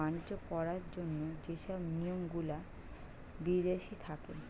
বাণিজ্য করার জন্য যে সব নিয়ম গুলা বিদেশি থাকে